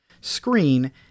screen